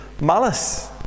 malice